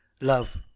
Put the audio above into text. love